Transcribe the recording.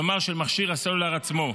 כלומר של מכשיר הסלולר עצמו,